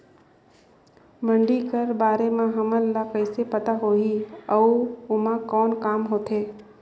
मंडी कर बारे म हमन ला कइसे पता होही अउ एमा कौन काम होथे?